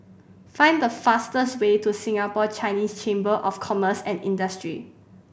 find the fastest way to Singapore Chinese Chamber of Commerce and Industry